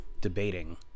debating